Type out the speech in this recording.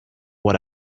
what